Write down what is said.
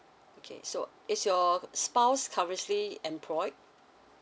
okay so is your spouse currently employed